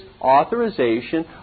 authorization